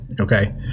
Okay